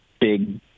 big